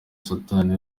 satani